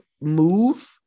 move